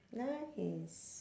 nice